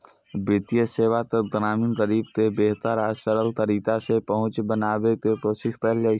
वित्तीय सेवा तक ग्रामीण गरीब के बेहतर आ सरल तरीका सं पहुंच बनाबै के कोशिश कैल जाइ छै